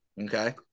okay